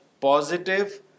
positive